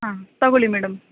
ಹಾಂ ತಗೋಳ್ಲಿ ಮೇಡಮ್